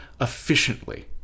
efficiently